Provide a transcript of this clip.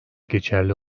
geçerli